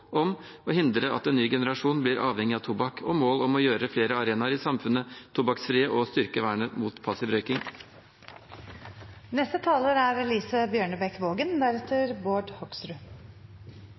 om å hindre at en ny generasjon blir avhengig av tobakk, og mål om å gjøre flere arenaer i samfunnet tobakksfrie og å styrke vernet mot passiv røyking». Tobakksforbruk er